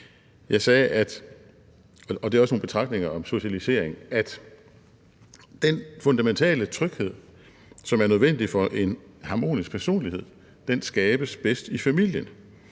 Jeg sagde – og det er også nogle betragtninger om socialisering: Den fundamentale tryghed, som er nødvendig for en harmonisk personlighed, skabes bedst i familien,